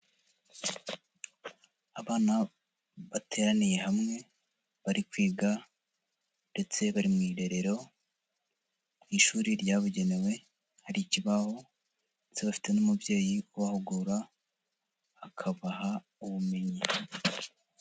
Abana bateraniye hamwe, bari kwiga ndetse bari mu irerero ku ishuri ryabugenewe, hari ikibaho ndetse bafite n'umubyeyi ubahugura, akabaha ubumenyi.